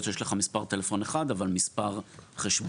שיש לך מספר טלפון אחד אבל מספר חשבונות,